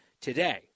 today